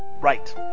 right